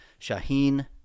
Shaheen